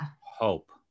hope